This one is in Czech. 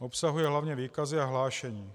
Obsahuje hlavně výkazy a hlášení.